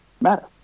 matter